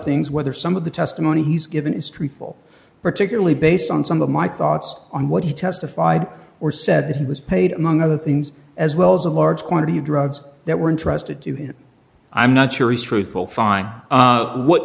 things whether some of the testimony he's given is truthful particularly based on some of my thoughts on what he testified or said he was paid among other things as well as a large quantity of drugs that were entrusted to him i'm not sure he's truthful fine what